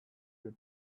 your